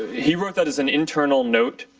he wrote that as an internal note.